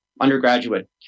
undergraduate